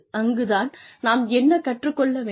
அங்குதான் நாம் என்ன கற்றுக் கொள்ள வேண்டும்